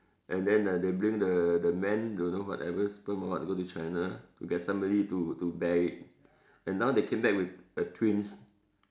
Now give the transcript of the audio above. and then uh they bring the the man don't know whatever sperm or what go to China to get somebody to to bear it and now they came back with a twins